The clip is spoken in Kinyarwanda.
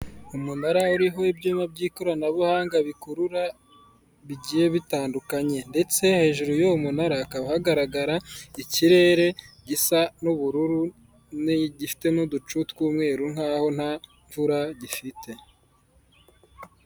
Umunara uriho ibyuma by'ikoranabuhanga bikurura bigiye bitandukanye; ndetse hejuru y'uyu munara hakaba hagaragara ikirere gisa n'ubururu, gifite n'uducu tw'umweru nk'aho nta mvura gifite.